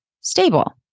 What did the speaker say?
stable